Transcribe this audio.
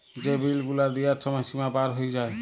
যে বিল গুলা দিয়ার ছময় সীমা পার হঁয়ে যায়